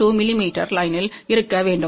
2 மிமீ லைன்யில் இருக்க வேண்டும்